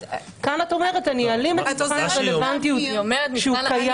כאן את אומרת: אני אעלים את מבחן הרלוונטיות שקיים היום.